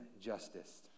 justice